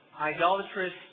idolatrous